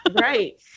Right